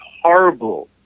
horrible